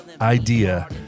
idea